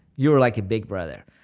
you were like a big brother.